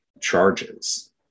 charges